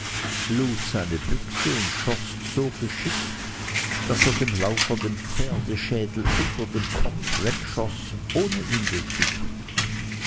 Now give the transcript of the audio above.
seine büchse und schoß so geschickt daß er dem laufer den pferdeschädel unter dem kopf wegschoß ohne ihm weh zu tun